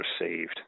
received